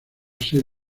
ser